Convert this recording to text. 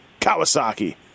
Kawasaki